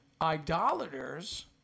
Idolaters